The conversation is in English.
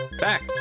back